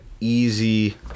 easy